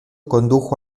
condujo